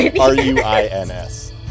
R-U-I-N-S